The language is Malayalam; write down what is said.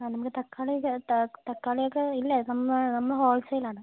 ആ നമുക്ക് തക്കാളി ഒക്കെ തക്കാളി ഒക്കെ ഇല്ലേ നമ്മൾ നമ്മൾ ഹോൾസെയിൽ ആണ്